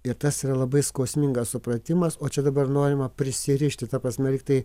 ir tas yra labai skausmingas supratimas o čia dabar norima prisirišti ta pasme lygtai